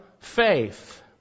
faith